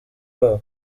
wabo